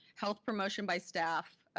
health promotion by staff,